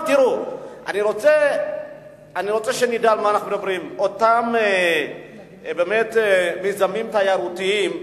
אני רוצה שנדע על מה אנחנו מדברים: אותם מיזמים תיירותיים,